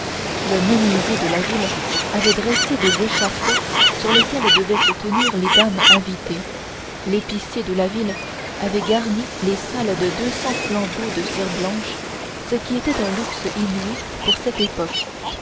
le menuisier de la ville avait dressé des échafauds sur lesquels devaient se tenir les dames invitées l'épicier de la ville avait garni les salles de deux cents flambeaux de cire blanche ce qui était un luxe inouï pour cette époque